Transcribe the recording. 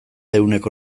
ehuneko